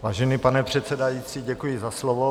Vážený pane předsedající, děkuji za slovo.